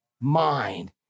Mind